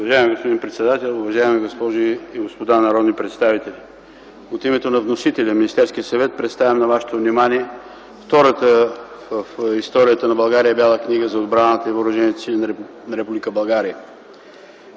Уважаеми господин председател, уважаеми госпожи и господа народни представители! От името на вносителя – Министерският съвет, представям на вашето внимание втората в историята на България Бяла книга за отбраната и въоръжените сили на Република България.